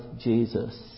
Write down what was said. Jesus